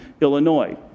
Illinois